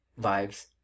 vibes